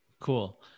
Cool